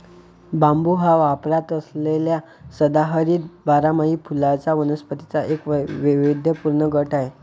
बांबू हा वापरात असलेल्या सदाहरित बारमाही फुलांच्या वनस्पतींचा एक वैविध्यपूर्ण गट आहे